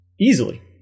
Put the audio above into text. Easily